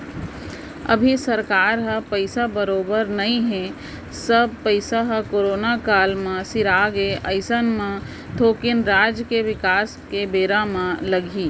अभी सरकार ह पइसा बरोबर नइ हे सब पइसा ह करोना काल म सिरागे अइसन म थोकिन राज के बिकास म बेरा लगही